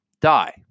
die